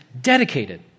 dedicated